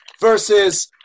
versus